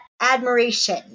admiration